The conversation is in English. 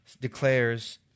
declares